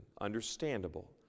understandable